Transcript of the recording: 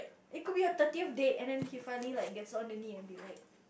it could be your thirtieth date and then he finally gets on the knee and be like